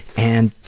and,